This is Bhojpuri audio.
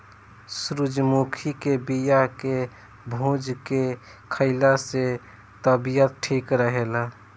सूरजमुखी के बिया के भूंज के खाइला से तबियत ठीक रहेला